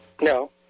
No